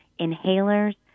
inhalers